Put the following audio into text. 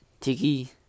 tiki